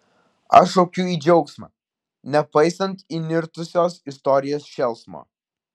aš šaukiu į džiaugsmą nepaisant įnirtusios istorijos šėlsmo